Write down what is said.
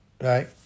right